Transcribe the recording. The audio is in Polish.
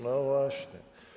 No właśnie.